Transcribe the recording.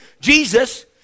Jesus